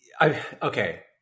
okay